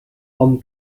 hom